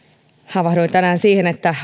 havahduin tänään siihen että